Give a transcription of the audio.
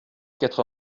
quatre